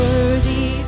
Worthy